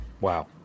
Wow